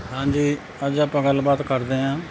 ਹਾਂਜੀ ਅੱਜ ਆਪਾਂ ਗੱਲਬਾਤ ਕਰਦੇ ਹਾਂ